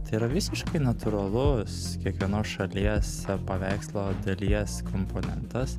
tai yra visiškai natūralus kiekvienos šalies paveikslo dalies komponentas